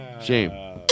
shame